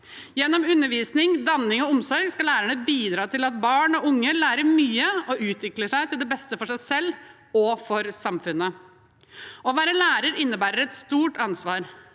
Gjennom undervisning, danning og omsorg skal lærerne bidra til at barn og unge lærer mye og utvikler seg til det beste for seg selv og for samfunnet. Å være lærer innebærer et stort ansvar.